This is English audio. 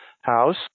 house